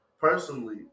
personally